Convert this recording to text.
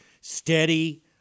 steady